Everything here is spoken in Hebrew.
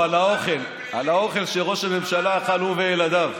שרה נתניהו הייתה חשודה והורשעה.